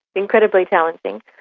incredibly challenging,